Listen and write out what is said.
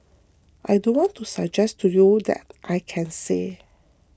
I don't want to suggest to you that I can say